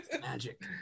Magic